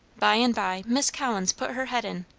by and by miss collins put her head in.